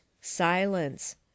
silence